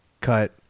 Cut